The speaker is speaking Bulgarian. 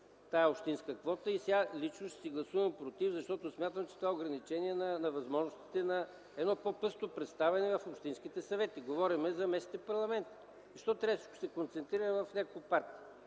тази общинска квота. Сега лично ще си гласувам „против”, защото смятам, че това е ограничение на възможностите на едно по-пъстро представяне в общинските съвети. Говорим за местните парламенти. Защо всичко трябва да е концентрирано в няколко партии?